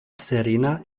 serena